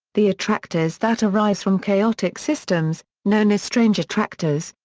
the attractors that arise from chaotic systems, known as strange attractors,